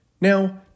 Now